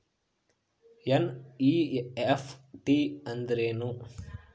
NEFT ಅಂದ್ರೆನು?